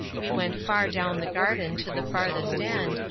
we went far down the garden to the farthest end,